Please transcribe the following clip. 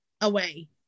away